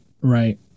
right